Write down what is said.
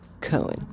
Cohen